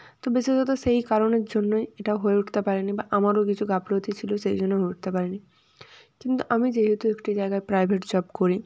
তো বিশেষত সেই কারণের জন্যই এটা হয়ে উঠতে পারেনি বা আমারও কিছু গাফিলতি ছিল সেই জন্য হয়ে উঠতে পারেনি কিন্তু আমি যেহেতু একটি জায়গায় প্রাইভেট জব করি